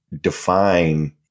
define